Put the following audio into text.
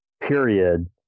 period